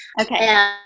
Okay